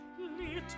little